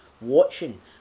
watching